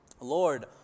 Lord